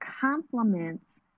complements